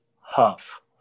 Huff